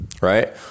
right